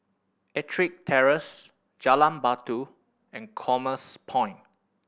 Ettrick Terrace Jalan Batu and Commerce Point